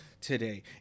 today